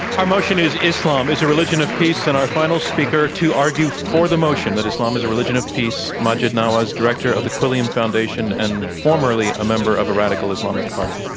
our motion is, islam is a religion of peace. and our final speaker to argue for the motion that islam is a religion of peace, maajid nawaz, director of the quilliamfoundation and formerly a member of a radical islamist party.